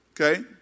Okay